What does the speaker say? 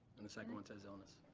and the second one says illness.